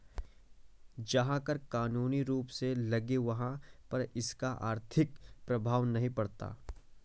जहां कर कानूनी रूप से लगे वहाँ पर इसका आर्थिक प्रभाव नहीं पड़ता